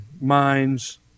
minds